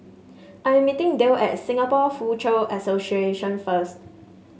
I am meeting Dale at Singapore Foochow Association first